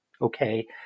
okay